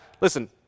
Listen